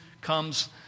comes